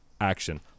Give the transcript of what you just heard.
action